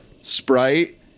Sprite